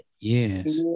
Yes